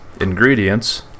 ingredients